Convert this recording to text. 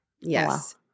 Yes